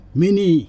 mini